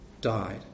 died